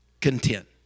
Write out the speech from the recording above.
Content